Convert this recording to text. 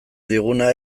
diguna